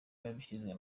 babishyize